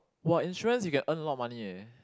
!wah! insurance you can earn a lot of money eh